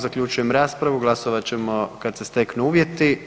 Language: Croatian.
Zaključujem raspravu, glasovat ćemo kad se steknu uvjeti.